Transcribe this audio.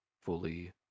fully